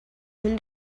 from